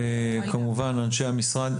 כמובן אנשי המשרד,